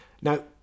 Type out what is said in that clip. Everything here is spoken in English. Now